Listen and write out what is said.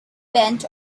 bent